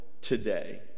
today